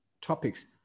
topics